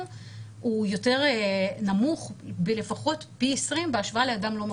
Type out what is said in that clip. הוא יותר נמוך לפחות פי 20 בהשוואה לאדם לא מחוסן.